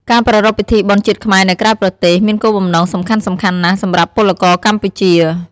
ការប្រារព្ធពិធីបុណ្យជាតិខ្មែរនៅក្រៅប្រទេស មានគោលបំណងសំខាន់ៗណាស់សម្រាប់ពលករកម្ពុជា។